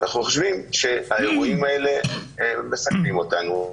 אנחנו חושבים שהאירועים האלה מסכנים אותנו,